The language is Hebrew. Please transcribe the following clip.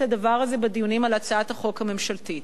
הדבר הזה בדיונים על הצעת החוק הממשלתית.